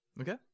okay